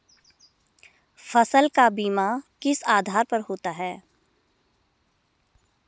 फसल का बीमा किस आधार पर होता है?